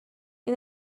این